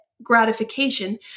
gratification